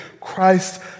Christ